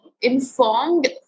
informed